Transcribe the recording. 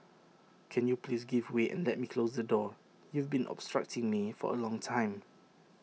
can you please give way and let me close the door you've been obstructing me for A long time